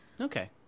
Okay